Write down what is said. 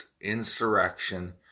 insurrection